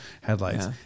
headlights